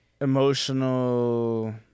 emotional